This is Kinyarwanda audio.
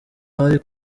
bari